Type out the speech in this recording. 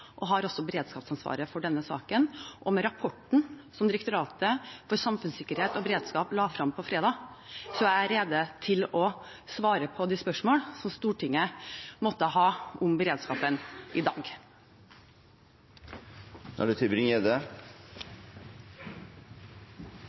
og som også har beredskapsansvaret for denne saken. På bakgrunn av rapporten som Direktoratet for samfunnssikkerhet og beredskap la frem på fredag, er jeg rede til å svare på de spørsmål Stortinget måtte ha om beredskapen i dag. Det er altså to saker som diskuteres samtidig her. Det